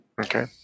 Okay